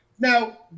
Now